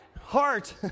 Heart